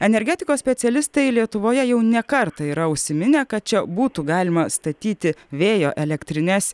energetikos specialistai lietuvoje jau ne kartą yra užsiminę kad čia būtų galima statyti vėjo elektrines